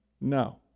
No